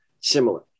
similar